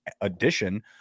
addition